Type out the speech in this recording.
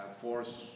force